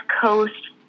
coast